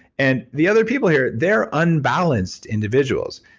and the other people here, they're unbalanced individuals.